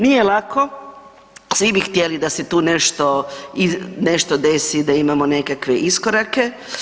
Nije lako, svi bi htjeli da se tu nešto, nešto desi, da imamo nekakve iskorake.